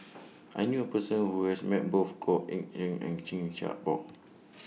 I knew A Person Who has Met Both Goh Eck Kheng and Chan Chin Bock